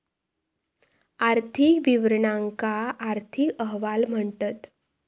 आर्थिक विवरणांका आर्थिक अहवाल म्हणतत